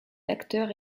l’acteur